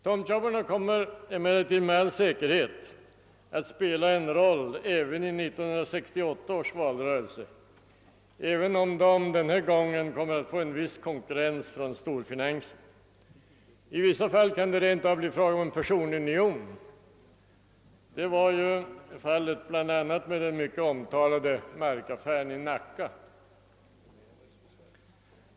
Tomtjobbarna kommer emellertid med all säkerhet att spela en roll också i 1968 års valrörelse, även om de denna gång kommer att få en viss konkurrens från storfinansen. I vissa fall kan det rent av bli fråga om en personunion, såsom i den mycket omtalade markaffären i Nacka.